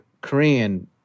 Korean